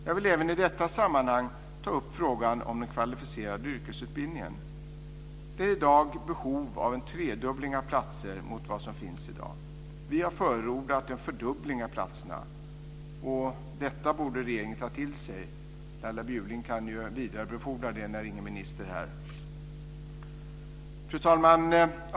Jag vill även i detta sammanhang ta upp frågan om den kvalificerade yrkesutbildningen. Det finns i dag behov av en tredubbling av platserna i förhållande till vad som finns. Vi har förordat en fördubbling av platserna. Detta borde regeringen ta till sig. Laila Bjurling kan ju vidarebefordra detta när ingen minister är här.